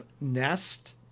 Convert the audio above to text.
nest